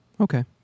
Okay